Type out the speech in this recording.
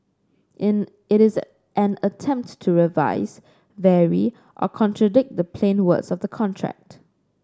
an it is an attempt to revise vary or contradict the plain words of the contract